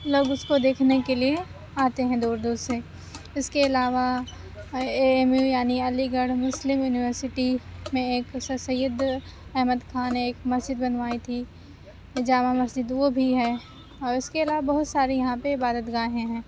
لوگ اُس کو دیکھنے کے لیےآتے ہیں دور دور سے اُس کے علاوہ اے ایم یو یعنی علی گڑھ مسلم یونیورسٹی میں ایک سر سید احمد خان نے ایک مسجد بنوائی تھی جامع مسجد وہ بھی ہے اور اِس کے علاوہ بہت ساری یہاں پہ عبادت گاہیں ہیں